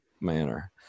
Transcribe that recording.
manner